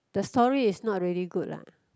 the story is not really good lah